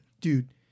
dude